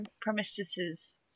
premises